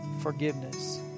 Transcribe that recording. forgiveness